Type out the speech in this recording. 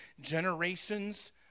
generations